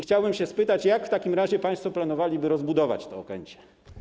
Chciałbym się spytać, jak w takim razie państwo planowaliby rozbudować to Okęcie.